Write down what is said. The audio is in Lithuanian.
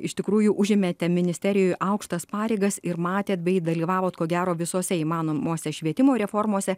iš tikrųjų užėmėte ministerijoj aukštas pareigas ir matėt bei dalyvavot ko gero visose įmanomose švietimo reformose